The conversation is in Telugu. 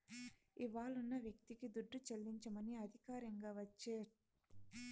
ఇవ్వాలున్న వ్యక్తికి దుడ్డు చెల్లించమని అధికారికంగా వచ్చే ఆర్డరిని వారంట్ ఆఫ్ పేమెంటు అంటాండారు